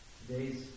today's